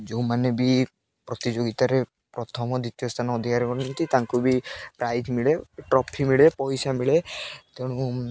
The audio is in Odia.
ଯେଉଁମାନେ ବି ପ୍ରତିଯୋଗିତାରେ ପ୍ରଥମ ଦ୍ୱିତୀୟ ସ୍ଥାନ ଅଧିକାର କରଛନ୍ତି ତାଙ୍କୁ ବି ପ୍ରାଇଜ୍ ମିଳେ ଟ୍ରଫି ମିଳେ ପଇସା ମିଳେ ତେଣୁ